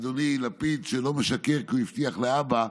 אדוני לפיד, שלא משקר, כי הוא הבטיח לאבא,